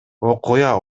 окуя